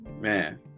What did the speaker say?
man